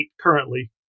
currently